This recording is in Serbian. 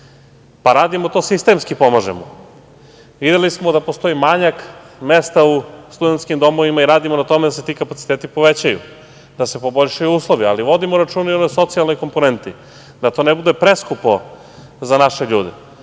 pa radimo to, sistemski pomažemo. Videli smo da postoji manjak mesta u studentskim domovima i radimo na tome da se ti kapaciteti povećaju, da se poboljšaju uslovi, ali vodimo računa i onoj socijalnoj komponenti, da to ne bude preskupo za naše ljude